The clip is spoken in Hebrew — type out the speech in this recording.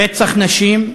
רצח נשים,